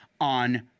on